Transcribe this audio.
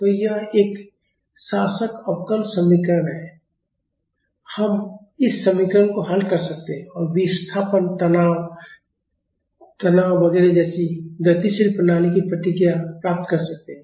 तो यह एक शासक अवकल समीकरण है और हम इस समीकरण को हल कर सकते हैं और विस्थापन तनाव तनाव वगैरह जैसी गतिशील प्रणाली की प्रतिक्रियाएं प्राप्त कर सकते हैं